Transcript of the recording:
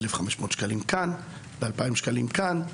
1,500 שקלים כאן ו-2,000 שקלים כאן.